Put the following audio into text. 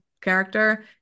character